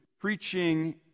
preaching